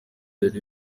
yari